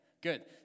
good